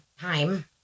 time